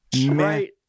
right